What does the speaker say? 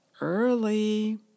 Early